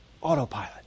Autopilot